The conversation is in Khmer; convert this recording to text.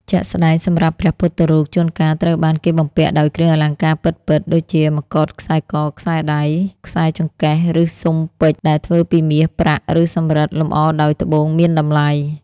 ជាក់ស្ដែង សម្រាប់ព្រះពុទ្ធរូប ជួនកាលត្រូវបានគេបំពាក់ដោយគ្រឿងអលង្ការពិតៗ ដូចជា មកុដ ខ្សែក ខ្សែដៃ ខ្សែចង្កេះ ឬស៊ុមពេជ្រ ដែលធ្វើពីមាស ប្រាក់ ឬសំរឹទ្ធ លម្អដោយត្បូងមានតម្លៃ។